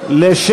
ו-2016),